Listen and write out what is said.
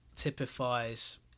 Typifies